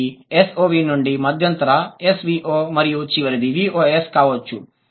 కాబట్టి SOV నుండి మధ్యంతరం SVO మరియు చివరిది VOS కావచ్చు